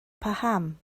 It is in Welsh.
paham